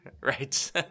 right